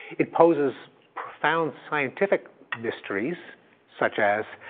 it poses profound scientific mysteries such as,